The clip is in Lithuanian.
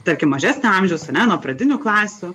tarkim mažesnio amžiaus ane nuo pradinių klasių